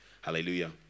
Hallelujah